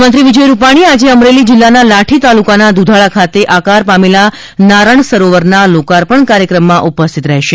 મુખ્યમંત્રી વિજય રૂપાજ઼ી આજે અમરેલી જિલ્લાના લાઠી તાલુકાના દૂધાળા ખાતે આકાર પામેલા નારણ સરોવરના લોકાર્પણ કાર્યક્રમમાં ઉપસ્થિત રહેશે